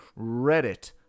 Reddit